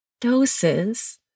doses